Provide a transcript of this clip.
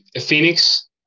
Phoenix